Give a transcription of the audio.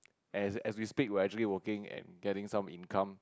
as as we speak we're actually working and getting some income